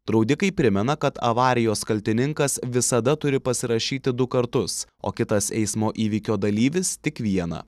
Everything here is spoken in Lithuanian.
draudikai primena kad avarijos kaltininkas visada turi pasirašyti du kartus o kitas eismo įvykio dalyvis tik vieną